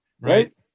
right